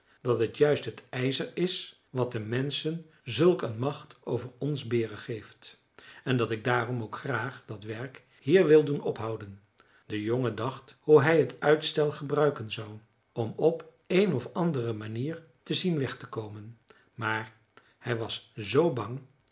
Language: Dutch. dat het juist het ijzer is wat de menschen zulk een macht over ons beren geeft en dat ik daarom ook graag dat werk hier wil doen ophouden de jongen dacht hoe hij het uitstel gebruiken zou om op een of andere manier te zien weg te komen maar hij was z bang